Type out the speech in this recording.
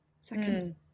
second